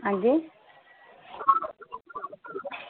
अंजी